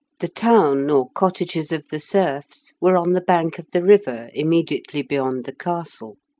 the town or cottages of the serfs were on the bank of the river immediately beyond the castle.